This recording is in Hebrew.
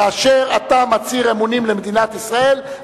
כאשר אתה מצהיר אמונים למדינת ישראל,